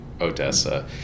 Odessa